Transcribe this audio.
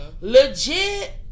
Legit